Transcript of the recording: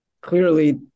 clearly